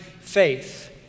faith